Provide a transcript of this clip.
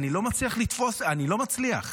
אני לא מצליח לתפוס,